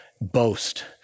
boast